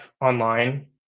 online